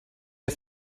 der